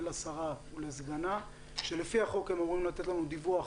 לשרה ולסגנה שלפי החוק הם אמורים לתת לנו דיווח